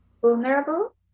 vulnerable